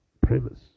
premise